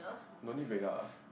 no need break ah